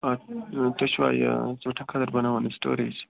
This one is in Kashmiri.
آ تُہۍ چھُوا یہِ ژوٗنٛٹھیٚن خٲطرٕ بَناوان سِٹوریج